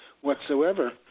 whatsoever